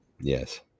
Yes